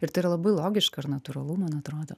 ir tai yra labai logiška ir natūralu man atrodo